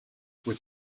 with